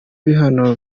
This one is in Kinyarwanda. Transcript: bihano